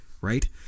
Right